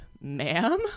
ma'am